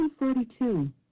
1942